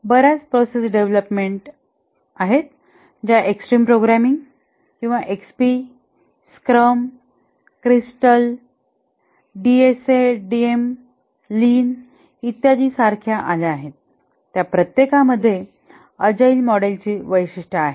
बर्याच process development process आहेत ज्या एक्स्ट्रीम प्रोग्रामिंग किंवा XP scrum crystal DSDM lean इत्यादी सारख्या आल्या आहेत त्या प्रत्येकामध्ये अजाईल मॉडेलची वैशिष्ट्ये आहेत